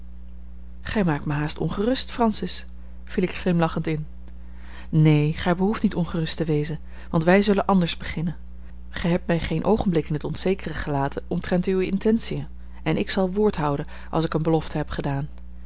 gij maakt mij haast ongerust francis viel ik glimlachend in neen gij behoeft niet ongerust te wezen want wij zullen anders beginnen gij hebt mij geen oogenblik in t onzekere gelaten omtrent uwe intentiën en ik zal woord houden als ik eene belofte heb gedaan